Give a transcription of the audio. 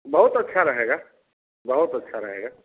बहुत अच्छा रहेगा बहुत अच्छा रहेगा